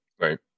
Right